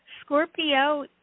Scorpio